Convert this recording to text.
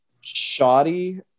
shoddy